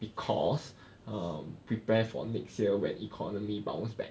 because um prepare for next year when economy bounce back